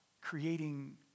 creating